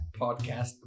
podcast